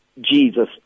Jesus